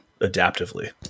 adaptively